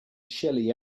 shelly